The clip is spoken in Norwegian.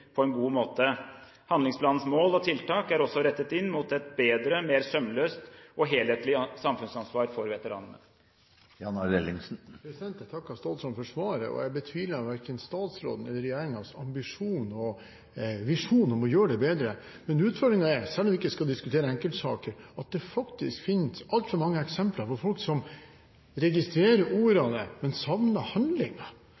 på en god måte. Handlingsplanens mål og tiltak er også rettet inn mot et bedre, mer sømløst og helhetlig samfunnsansvar for veteranene. Jeg takker statsråden for svaret, og jeg betviler verken statsrådens eller regjeringens ambisjon og visjon om å gjøre det bedre. Men utfordringen er, selv om vi ikke skal diskutere enkeltsaker, at det faktisk finnes altfor mange eksempler på folk som registrerer